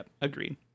agreed